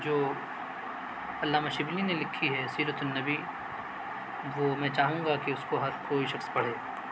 جو علامہ شبلی نے لکھی ہے سیرت النبی وہ میں چاہوں گا کہ اس کو ہر کوئی شخص پڑھے